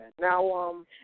Now